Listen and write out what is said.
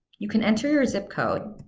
you can enter your zip code,